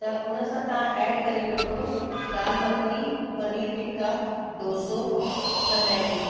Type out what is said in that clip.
त उन सां तव्हां एड करी वठो दालि मखनी पनीर टिक्का डोसो त मैगी